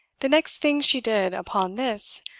the next thing she did, upon this,